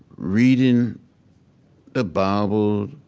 reading the bible,